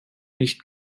nicht